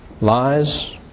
lies